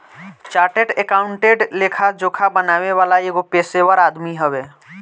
chartered accountant लेखा जोखा बनावे वाला एगो पेशेवर आदमी हवे